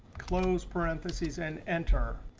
close parenthesis, and enter.